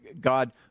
God